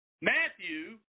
Matthew